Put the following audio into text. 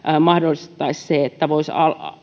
mahdollistettaisiin se että voisi